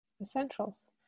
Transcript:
essentials